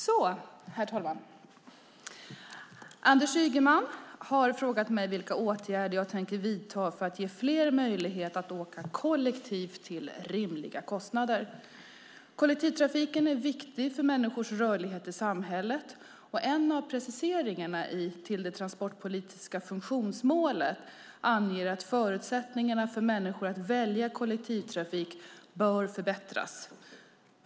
Herr talman! Anders Ygeman har frågat mig vilka åtgärder jag tänker vidta för att ge fler möjlighet att åka kollektivt till rimliga kostnader. Kollektivtrafiken är viktig för människors rörlighet i samhället. En av preciseringarna av det transportpolitiska funktionsmålet anger att förutsättningarna för människor att välja kollektivtrafik bör förbättras.